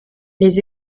les